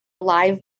live